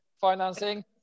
financing